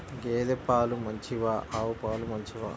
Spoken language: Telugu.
గేద పాలు మంచివా ఆవు పాలు మంచివా?